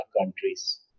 countries